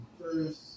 First